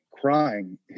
crying